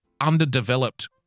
underdeveloped